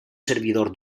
servidor